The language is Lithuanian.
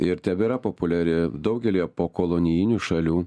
ir tebėra populiari daugelyje pokolonijinių šalių